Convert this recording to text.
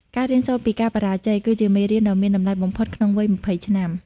ការរៀនសូត្រពីការបរាជ័យ គឺជាមេរៀនដ៏មានតម្លៃបំផុតក្នុងវ័យ ២០ ឆ្នាំ។